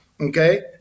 Okay